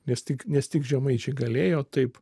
nes tik nes tik žemaičiai galėjo taip